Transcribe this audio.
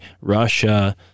Russia